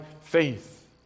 faith